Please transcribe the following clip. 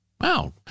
Wow